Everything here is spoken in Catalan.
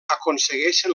aconsegueixen